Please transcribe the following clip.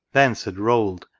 thence had rolled.